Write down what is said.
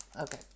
okay